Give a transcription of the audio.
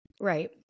Right